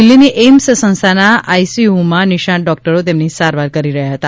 દિલ્હીની એઇમ્સ સંસ્થાના આઇસીયુમાં નિષ્ણાત ડોકટરો તેમની સારવાર કરી રહ્યા હતા